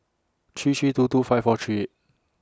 three three two two five four three eight